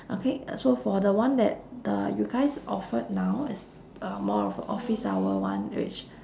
okay uh so for the one that uh you guys offered now it's uh more of office hour one which